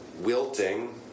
Wilting